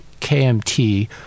KMT